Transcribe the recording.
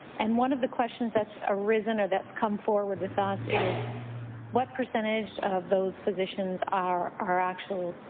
and one of the questions that's arisen or that's come forward with us is what percentage of those physicians are are actually